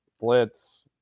blitz